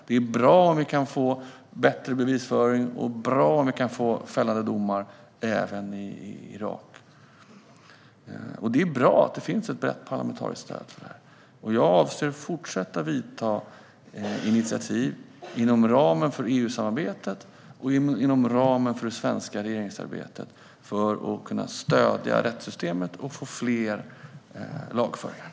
Det är bra om vi kan få bättre bevisföring, och det är bra om vi kan få fällande domar även i Irak. Det är bra att det finns ett brett parlamentariskt stöd för detta. Jag avser att fortsätta att vidta initiativ inom ramen för EU-samarbetet och inom ramen för det svenska regeringsarbetet för att kunna stödja rättssystemet och få fler lagföringar.